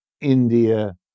India